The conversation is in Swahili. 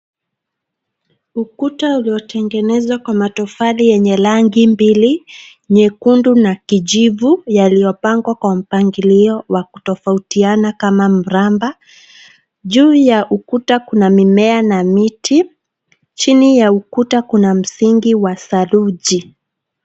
ukuta uliotengenezwa kwa matofali lenye rangi mbili nyekundu na kijivu yaliyopangwa kwa mpangilio wa kutofautiana kama mraba juu ya ukuta kuna mimea na miti chini ya ukuta kuna msingi wa saruji